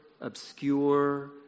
obscure